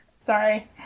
Sorry